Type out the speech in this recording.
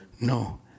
no